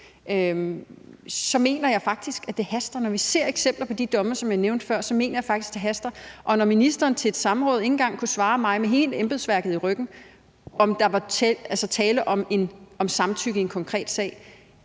så mener jeg faktisk, at det haster. Når man ser de eksempler på domme, som jeg nævnte før, mener jeg faktisk, at det haster. Og når ministeren til et samråd med hele embedsværket i ryggen ikke engang kunne svare mig på, om der var tale om samtykke i en konkret sag,